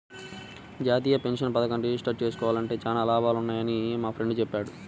జాతీయ పెన్షన్ పథకంలో రిజిస్టర్ జేసుకుంటే చానా లాభాలున్నయ్యని మా ఫ్రెండు చెప్పాడు